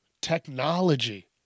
technology